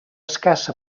escassa